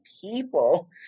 people